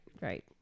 right